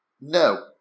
No